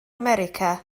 america